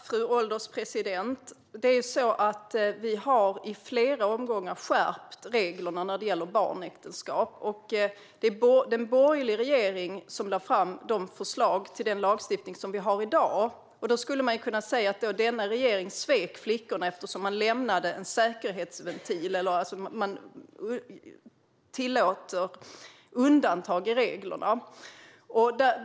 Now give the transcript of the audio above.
Fru ålderspresident! Vi har i flera omgångar skärpt reglerna när det gäller barnäktenskap. Det var en borgerlig regering som lade fram förslag till den lagstiftning som vi har i dag. Då skulle man ju kunna säga att den regeringen svek flickorna, eftersom man lämnade en säkerhetsventil eller tillåter undantag från reglerna.